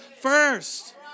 first